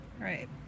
right